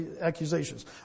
accusations